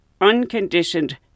unconditioned